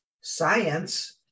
science